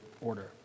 order